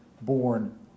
born